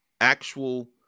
actual